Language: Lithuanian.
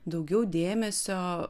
daugiau dėmesio